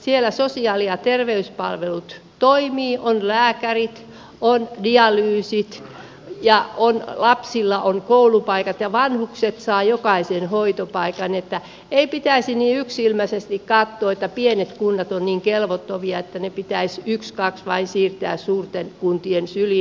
siellä sosiaali ja terveyspalvelut toimivat on lääkärit on dialyysit ja lapsilla on koulupaikat ja vanhukset saavat jokainen hoitopaikan joten ei pitäisi niin yksisilmäisesti katsoa että pienet kunnat ovat niin kelvottomia että ne pitäisi ykskaks vain siirtää suurten kuntien syliin